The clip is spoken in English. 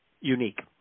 unique